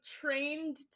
trained